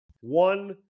one